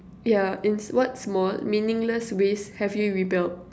yeah in what small meaningless ways have you rebelled